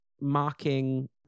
mocking